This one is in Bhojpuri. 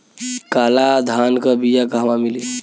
काला धान क बिया कहवा मिली?